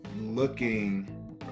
looking